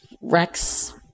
Rex